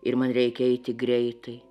ir man reikia eiti greitai